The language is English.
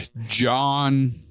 John